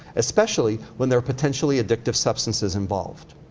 especially when there are potentially addictive substances involved?